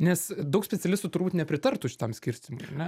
nes daug specialistų turbūt nepritartų šitam skirstymui ar ne